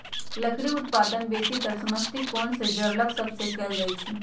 लकड़ी उत्पादन बेसीतर समशीतोष्ण जङगल सभ से कएल जाइ छइ